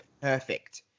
perfect